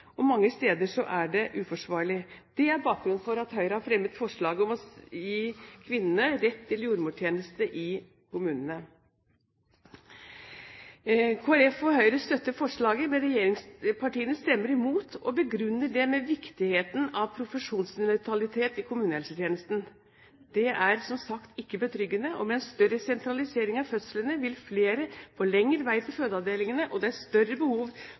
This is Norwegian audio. og mange steder er det uforsvarlig. Det er bakgrunnen for at Høyre har fremmet forslag om å gi kvinnene rett til jordmortjeneste i kommunene. Kristelig Folkeparti og Fremskrittspartiet støtter forslaget, men regjeringspartiene stemmer imot og begrunner det med viktigheten av profesjonsnøytralitet i kommunehelsetjenesten. Det er som sagt ikke betryggende. Med en større sentralisering av fødslene vil flere få lenger vei til fødeavdelingene, og det er større behov